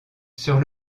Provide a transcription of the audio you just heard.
sur